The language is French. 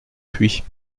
puits